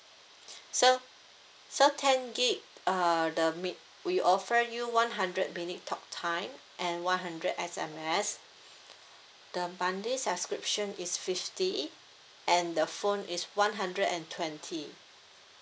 so so ten gig uh the minute we offer you one hundred minute talk time and one hundred S_M_S the monthly subscription is fifty and the phone is one hundred and twenty